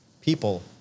people